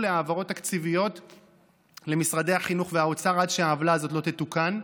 להעברות תקציביות למשרדי החינוך והאוצר עד שהעוולה הזאת לא תתוקן.